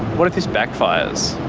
what if this backfires,